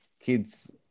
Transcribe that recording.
kids